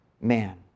man